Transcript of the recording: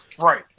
Right